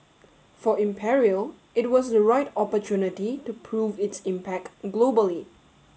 for Imperial it was the right opportunity to prove its impact globally